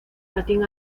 latín